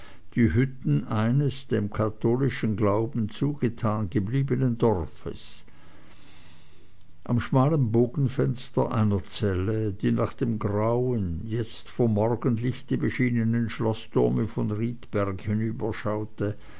die hütten eines dem katholischen glauben zugetan gebliebenen dorfes am schmalen bogenfenster einer zelle die nach dem grauen jetzt vom morgenlichte beschienenen schloßturme von riedberg